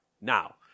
now